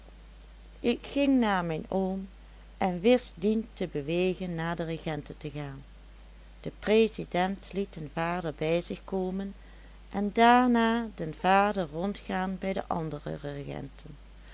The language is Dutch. ik ging naar mijn oom en wist dien te bewegen naar de regenten te gaan de president liet den vader bij zich komen en daarna den vader rondgaan bij de andere regenten